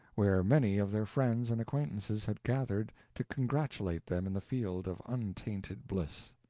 where many of their friends and acquaintances had gathered to congratulate them in the field of untainted bliss.